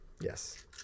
Yes